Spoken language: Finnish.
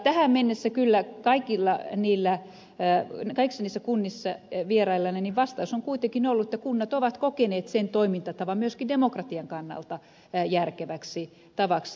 tähän mennessä kyllä kaikissa niissä kunnissa vieraillessani vastaus on kuitenkin ollut että kunnat ovat kokeneet sen toimintatavan myöskin demokratian kannalta järkeväksi tavaksi